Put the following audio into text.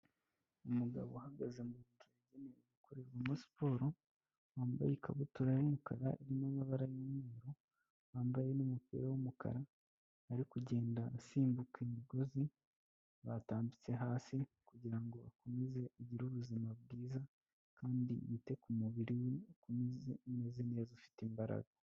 Umugabo uhagaze uri muri kureba muri siporo, wambaye ikabutura y'umukara irimo amabara y'umweru, wambaye n'umupira w'umukara ari kugenda asimbuka imigozi batambitse hasi kugirango akomeze agire ubuzima bwiza, kandi yite ku mubiri we ukomeze umeze neza ufite imbaraga.